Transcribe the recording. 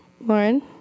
Lauren